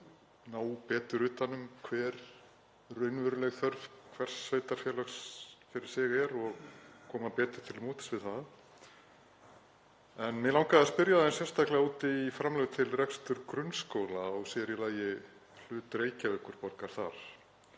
ná betur utan um hver raunveruleg þörf hvers sveitarfélags fyrir sig er og koma betur til móts við það. En mig langaði að spyrja hann sérstaklega út í framlög til reksturs grunnskóla og sér í lagi hlut Reykjavíkurborgar þar.